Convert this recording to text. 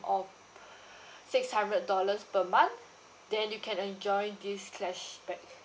of six hundred dollars per month then you can enjoy this cashback